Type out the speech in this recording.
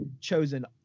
chosen